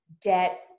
debt